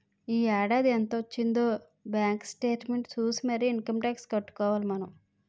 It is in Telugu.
ఈ ఏడాది ఎంత వొచ్చిందే బాంకు సేట్మెంట్ సూసి మరీ ఇంకమ్ టాక్సు కట్టుకోవాలి మనం